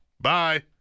Bye